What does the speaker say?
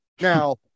Now